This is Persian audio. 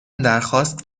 درخواست